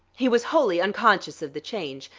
he was wholly unconscious of the change.